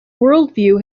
worldview